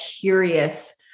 curious